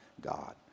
God